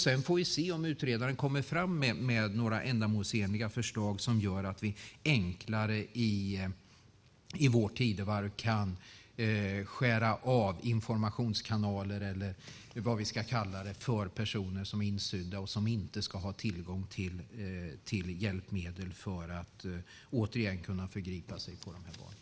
Sedan får vi se om utredaren kommer fram med några ändamålsenliga förslag som gör att vi enklare, i vårt tidevarv, kan skära av informationskanaler, eller vad vi ska kalla det, för personer som är insydda och som inte ska ha tillgång till hjälpmedel för att återigen kunna förgripa sig på de här barnen.